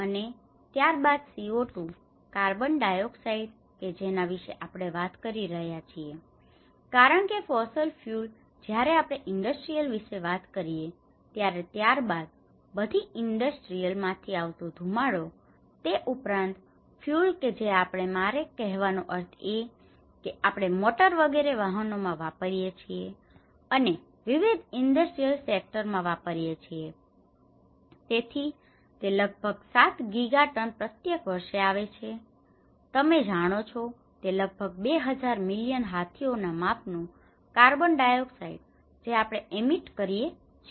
અને ત્યારબાદ CO2 carbon dioxide કે જેના વિશે આપણે વાત કરી રહ્યા છીએ કારણ કે ફોસલ ફ્યુલ જયારે આપણે ઇન્ડસ્ટ્રીયલ વિશે વાત કરીએ ત્યારે ત્યારબાદ બધી ઇન્ડસ્ટ્રીઝ માંથી આવતો ધુમાડો તે ઉપરાંત ફ્યુલ કે જે આપણે મારો કહેવાનો અર્થ કે જે આપણે મોટર વગેરે વાહનો માં વાપરીએ છીએ અને વિવિધ ઇન્ડસ્ટ્રીયલ સેક્ટર માં વાપરીએ છીએ તેથી તે લગભગ 7 ગીગા ટન પ્રત્યેક વર્ષે આવે છે તમે જાણો છો તે લગભગ 2000 મિલિયન હાથીઓ ના માપનું કાર્બનડાયોક્સાઇડ જે આપણે એમિટ કરીએ છીએ